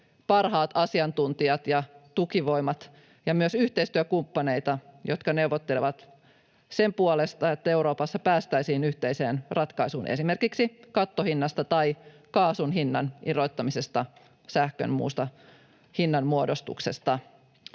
parhaat asiantuntijat ja tukivoimat ja myös yhteistyökumppaneita, jotka neuvottelevat sen puolesta, että Euroopassa päästäisiin yhteiseen ratkaisuun esimerkiksi kattohinnasta tai kaasun hinnan irrottamisesta sähkön muusta hinnanmuodostuksesta.